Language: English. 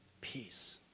peace